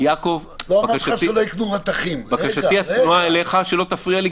לא אמרתי לך שלא יקנו --- בקשתי הצנועה אליך שלא תפריע לי,